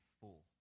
full